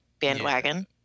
bandwagon